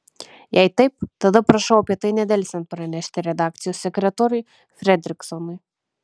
jei taip tada prašau apie tai nedelsiant pranešti redakcijos sekretoriui fredriksonui